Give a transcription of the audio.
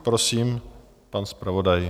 Prosím, pan zpravodaj.